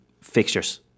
fixtures